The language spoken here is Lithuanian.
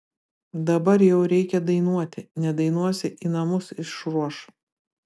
dabar jau reikia dainuoti nedainuosi į namus išruoš